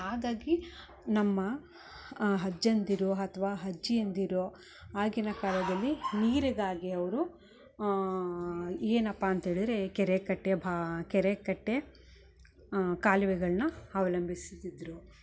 ಹಾಗಾಗಿ ನಮ್ಮ ಅಜ್ಜಂದಿರು ಅಥ್ವ ಅಜ್ಜಿಯಂದಿರು ಆಗಿನ ಕಾಲದಲ್ಲಿ ನೀರಿಗಾಗಿ ಅವರು ಏನಪ್ಪ ಅಂತೇಳಿದರೆ ಕೆರೆ ಕಟ್ಟೆ ಬಾ ಕೆರೆ ಕಟ್ಟೆ ಕಾಲುವೆಗಳನ್ನ ಅವಲಂಬಿಸ್ತಿದ್ದರು